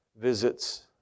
visits